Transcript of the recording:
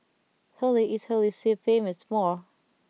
Holy is Holy See famous for